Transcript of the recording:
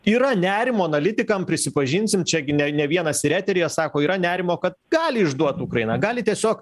yra nerimo analitikam prisipažinsim čia gi ne ne vienas ir eteryje sako yra nerimo kad gali išduot ukrainą gali tiesiog